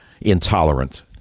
intolerant